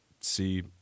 see